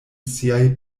siaj